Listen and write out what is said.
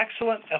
excellent